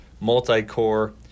multi-core